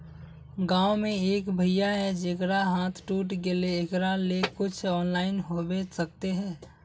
गाँव में एक भैया है जेकरा हाथ टूट गले एकरा ले कुछ ऑनलाइन होबे सकते है?